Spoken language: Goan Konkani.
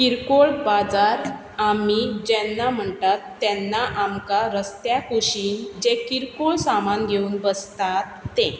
किरकोळ बाजार आमी जेन्ना म्हणटात तेन्ना आमकां रस्त्या कुशीनचें किरकोळ सामान घेवन बसतात तें